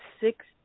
six